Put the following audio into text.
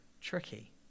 tricky